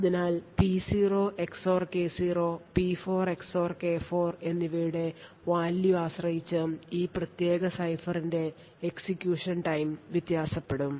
അതിനാൽ P0 XOR K0 P4 XOR K4 എന്നിവയുടെ value ആശ്രയിച്ച് ഈ പ്രത്യേക സൈഫറിന്റെ execution time വ്യത്യാസപ്പെടും